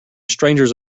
strangers